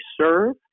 serve